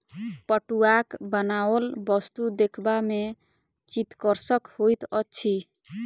पटुआक बनाओल वस्तु देखबा मे चित्तकर्षक होइत अछि